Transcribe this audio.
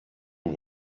who